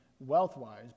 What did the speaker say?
wealth-wise